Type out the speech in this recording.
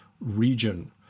region